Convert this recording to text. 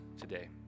today